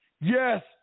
Yes